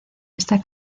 esta